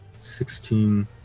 Sixteen